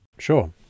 Sure